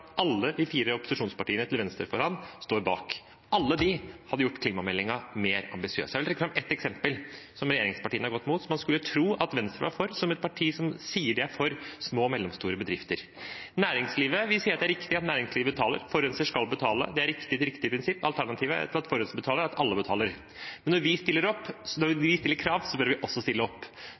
alle de fire opposisjonspartiene til venstre for ham bak. Alle disse hadde gjort klimameldingen mer ambisiøs. Jeg vil trekke fram ett eksempel, som regjeringspartiene har gått imot, og som man skulle tro at Venstre var for – som et parti som sier de er for små og mellomstore bedrifter. Vi sier at det er riktig at næringslivet betaler, forurenser skal betale. Det er et riktig prinsipp. Alternativet til at forurenser betaler, er at alle betaler. Når vi stiller krav, bør vi også stille opp.